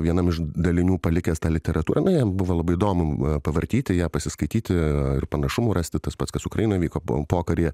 vienam iš dalinių palikęs tą literatūrą na jam buvo labai įdomu pavartyti ją pasiskaityti ir panašumų rasti tas pats kas ukrainoj vyko pokaryje